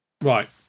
Right